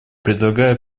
предлагаю